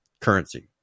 Currency